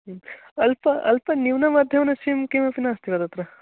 अल्प अल्पन्यूनमाध्यमेन सिम् किमपि नास्ति वा तत्र